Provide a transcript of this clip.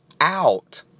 out